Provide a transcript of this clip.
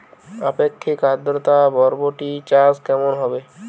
আপেক্ষিক আদ্রতা বরবটি চাষ কেমন হবে?